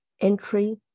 entry